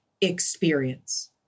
experience